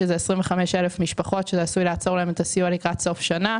כלומר זה עשוי לעצור ל-25,000 משפחות את הסיוע לקראת סוף השנה.